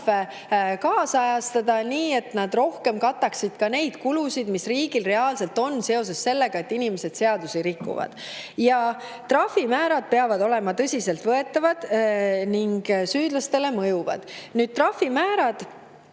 trahve kaasajastada nii, et need kataksid rohkem kulusid, mis riigil reaalselt on seoses sellega, et inimesed seadusi rikuvad. Trahvimäärad peavad olema tõsiselt võetavad ning süüdlastele mõjuvad. Trahvimäärad